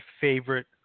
favorite